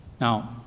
Now